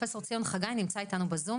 פרופסור ציון חגי שנמצא איתנו בזום